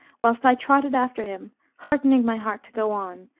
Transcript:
whilst i trotted after him heartening my heart to go on,